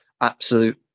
absolute